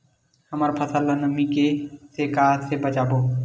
हमर फसल ल नमी से क ई से बचाबो?